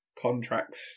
contracts